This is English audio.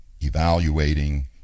evaluating